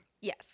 yes